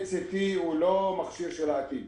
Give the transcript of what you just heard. PET-CT הוא לא מכשיר של העתיד,